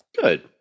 good